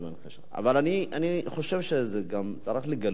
אני חושב שצריך לגלות רגישות